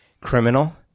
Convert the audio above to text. criminal